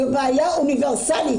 זו בעיה אוניברסלית.